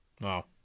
Wow